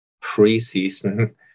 pre-season